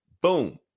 Boom